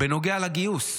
בנוגע לגיוס.